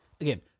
again